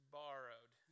borrowed